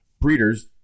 Breeders